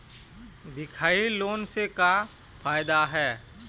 दिखाही लोन से का फायदा हे?